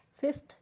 Fifth